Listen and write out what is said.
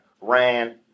ran